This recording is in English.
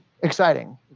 exciting